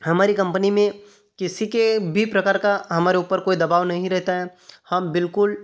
हमारी कंपनी में किसी के भी प्रकार का हमारे ऊपर कोई दबाव नहीं रहता है हम बिल्कुल